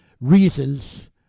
reasons